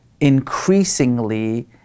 increasingly